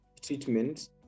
treatment